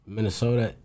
Minnesota